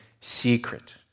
secret